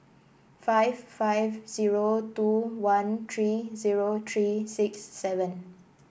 five five zero two one three zero three six seven